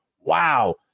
Wow